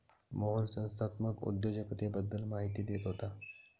मोहन संस्थात्मक उद्योजकतेबद्दल माहिती देत होता